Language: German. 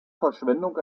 verschwendung